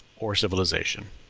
or civilization.